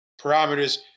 parameters